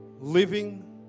living